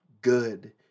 good